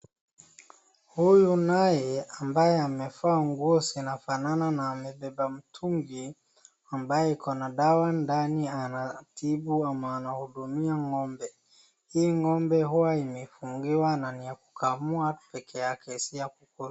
Huyu naye ambaye amevaa nguo zinafanana na amebeba mtungi ambaye iko na dawa ndani anatibu ama anahudumia ng'ombe. Hii ng'ombe huwa imefungiwa na niyakukamua pekeyake si ya kukula.